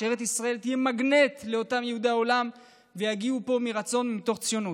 שארץ ישראל תהיה מגנט ליהודי העולם ויגיעו לפה מרצון ומתוך ציונות.